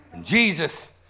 Jesus